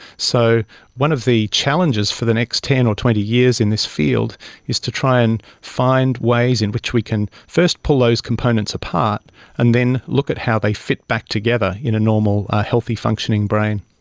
so one of the challenges for the next ten or twenty years in this field is to try and find ways in which we can first pull those components apart and then look at how they fit back together in a normal healthy functioning brain.